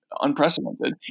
unprecedented